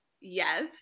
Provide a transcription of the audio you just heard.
yes